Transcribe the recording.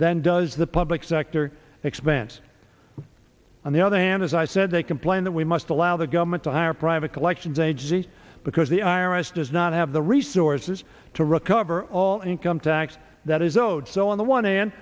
than does the public sector expense on the other hand as i said they complain that we must allow the government to hire private collections agency because the i r s does not have the resources to recover all income tax that is owed so on the one hand